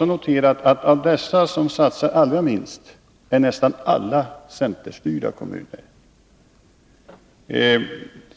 noterade även att de kommuner som satsar minst nästan alla är centerstyrda kommuner.